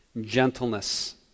gentleness